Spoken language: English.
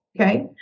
Okay